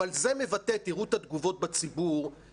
אם תראו את התגובות בציבור,